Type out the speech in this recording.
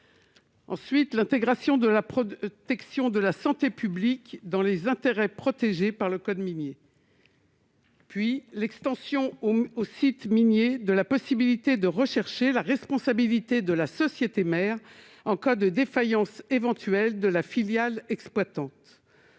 ; à l'intégration de la protection de la santé publique dans les intérêts protégés par le code minier ; à l'extension aux sites miniers de la possibilité de rechercher la responsabilité de la société mère en cas de défaillance éventuelle de la filiale exploitante